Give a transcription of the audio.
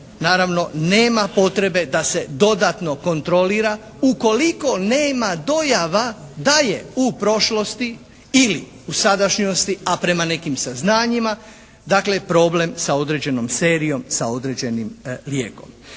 naravno nema potrebne da se dodatno kontrolira ukoliko nema dojava da je u prošlosti ili u sadašnjosti, a prema nekim saznanjima dakle problem sa određenom serijom, sa određenim lijekom.